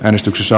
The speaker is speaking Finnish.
äänestyksessä